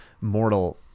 mortal